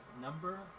number